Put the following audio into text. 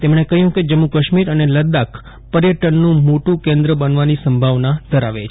તેમણે કહ્યું કે જમ્મુ કાશ્મીર અને લદ્દાખ પર્યટનનું મોટું કેન્દ્ર બનવાની સંભાવના ધરાવે છે